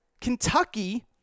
Kentucky